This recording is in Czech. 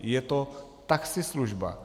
Je to taxislužba.